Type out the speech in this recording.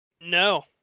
No